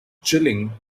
chilling